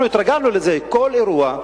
התרגלנו לזה שבכל אירוע,